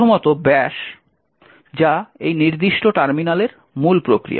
প্রথমত ব্যাশ যা এই নির্দিষ্ট টার্মিনালের মূল প্রক্রিয়া